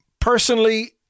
Personally